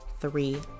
three